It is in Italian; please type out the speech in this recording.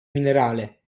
minerale